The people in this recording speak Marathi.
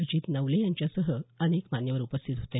अजित नवले यांच्यासह अनेक मान्यवर उपस्थित होते